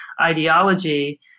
ideology